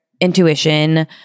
intuition